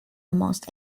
amongst